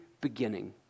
beginning